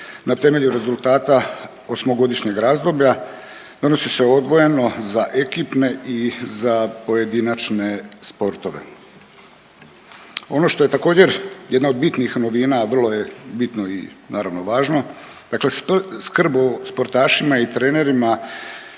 na temelju rezultata osmogodišnjeg razdoblja. Donosi se odvojeno za ekipne i za pojedinačne sportove. Ono što je također jedna od bitnih novina, a vrlo je bitno i naravno važno, dakle skrb o sportašima i trenerima